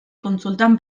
kontsultan